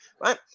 right